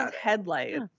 headlights